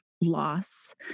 loss